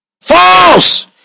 false